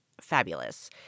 fabulous